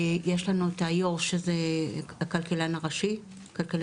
יש לנו את היו"ר שזו הכלכלנית הראשית